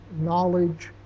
knowledge